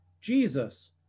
Jesus